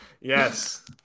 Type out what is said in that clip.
Yes